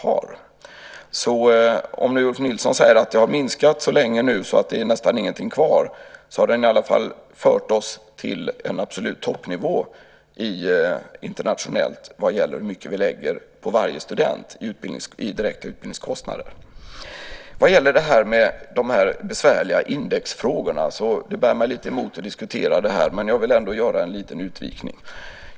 Om Ulf Nilsson säger att prislappen nu har minskat så länge att det nästan inte är någonting kvar har den i alla fall fört oss till en absolut toppnivå internationellt när det gäller hur mycket vi satsar på varje student i direkt utbildningskostnad. Det bär mig lite emot att diskutera de besvärliga indexfrågorna. Men jag vill ändå göra en liten utvikning.